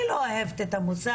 אני לא אוהבת את המושג,